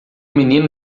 menino